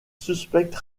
suspecte